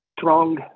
strong